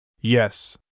Yes